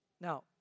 Now